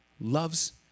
loves